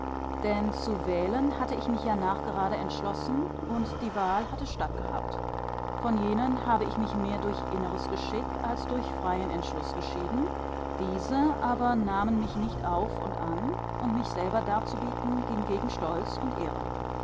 denn zu wählen hatte ich mich ja nachgerade entschlossen und die wahl hatte stattgehabt von jenen habe ich mich mehr durch inneres geschick als durch freien entschluß geschieden diese aber nahmen mich nicht auf und an und mich selber darzubieten ging gegen stolz und ehre